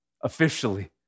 officially